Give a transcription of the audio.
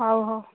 ହେଉ ହେଉ